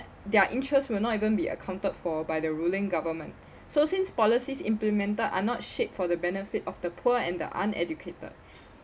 their interests will not even be accounted for by the ruling government so since policies implemented are not shaped for the benefit of the poor and the uneducated